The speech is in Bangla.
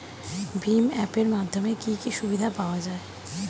ভিম অ্যাপ এর মাধ্যমে কি কি সুবিধা পাওয়া যায়?